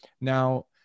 now